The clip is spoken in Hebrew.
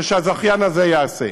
ושהזכיין הזה יעשה.